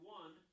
one